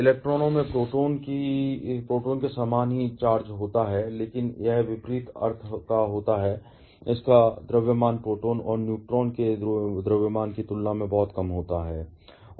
इलेक्ट्रॉनों में प्रोटॉन के समान ही चार्ज होता है लेकिन यह विपरीत अर्थ का होता है और इसका द्रव्यमान प्रोटॉन और न्यूट्रॉन के द्रव्यमान की तुलना में बहुत कम होता है